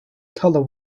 color